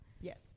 Yes